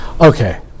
Okay